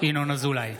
ינון אזולאי,